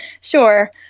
Sure